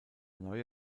neue